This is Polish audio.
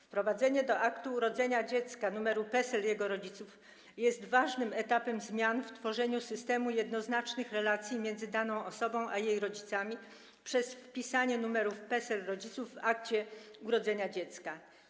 Wprowadzenie do aktu urodzenia dziecka numerów PESEL jego rodziców jest ważnym etapem zmian w tworzeniu systemu jednoznacznych relacji między daną osobą a jej rodzicami przez wpisanie numerów PESEL rodziców w akcie urodzenia dziecka.